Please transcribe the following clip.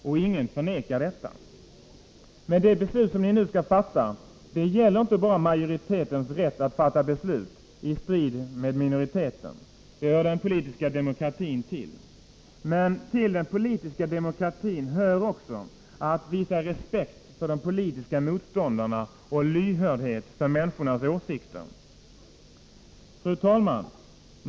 Och ingen förnekar detta. Men det beslut som ni nu skall fatta gäller inte bara majoritetens rätt att fatta beslut i strid med minoriteten. Det hör den politiska demokratin till. Men till den politiska demokratin hör också att visa respekt för de politiska motståndarna och lyhördhet för människornas åsikter.